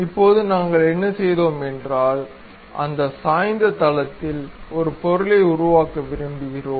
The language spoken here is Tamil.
இப்போது நாங்கள் என்ன செய்தோம் ஏனென்றால் அந்த சாய்ந்த தளத்தில் ஒரு பொருளை உருவாக்க விரும்புகிறோம்